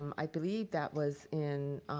i believe that was in